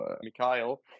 Mikhail